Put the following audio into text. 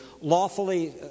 lawfully